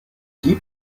gib